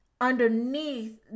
underneath